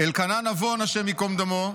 אלקנה נבון, השם ייקום דמו,